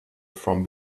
from